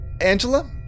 Angela